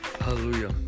Hallelujah